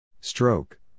Stroke